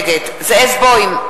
נגד זאב בוים,